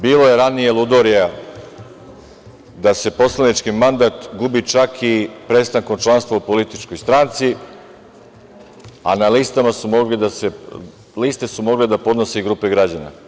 Bilo je ranije ludorija da se poslanički mandat gubi čak i prestankom članstva u političkoj stranci, a liste su mogle da podnose i grupe građana.